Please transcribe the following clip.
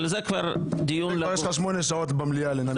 אבל זה כבר דיון --- את זה יש לך כבר 8 שעות במליאה לנמק.